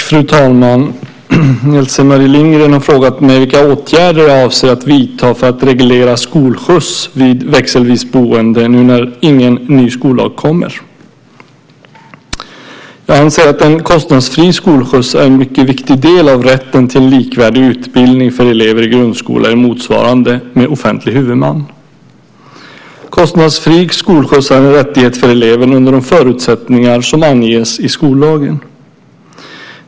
Fru talman! Else-Marie Lindgren har frågat mig vilka åtgärder jag avser att vidta för att reglera skolskjuts vid växelvis boende nu när ingen ny skollag kommer. Jag anser att en kostnadsfri skolskjuts är en mycket viktig del av rätten till en likvärdig utbildning för elever i grundskola eller motsvarande med offentlig huvudman. Kostnadsfri skolskjuts är en rättighet för eleven under de förutsättningar som anges i skollagen.